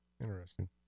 interesting